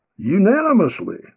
unanimously